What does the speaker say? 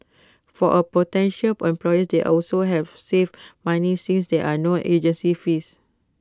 for A potential employers they can also save money since there are no agency fees